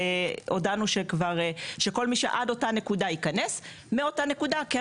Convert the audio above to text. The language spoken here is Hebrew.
הודענו שכל מי שעד אותה נקודה ייכנס ומאותה נקודה כן